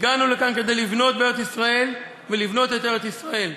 הגענו לכאן כדי לבנות בארץ-ישראל ולבנות את ארץ-ישראל.